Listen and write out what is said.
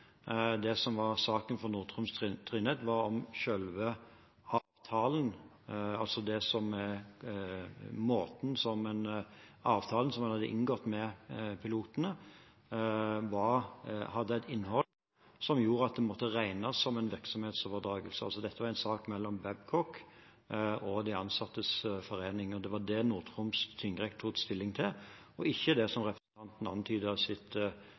Det som var saken for Nord-Troms tingrett gjaldt om selve avtalen, altså avtalen som en hadde inngått med pilotene, hadde et innhold som gjorde at det måtte regnes som en virksomhetsoverdragelse. Dette var altså en sak mellom Babcock og de ansattes foreninger. Det var det Nord-Troms tingrett tok stilling til, og ikke det som representanten antyder i sitt